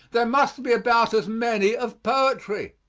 there must be about as many of poetry.